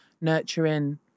nurturing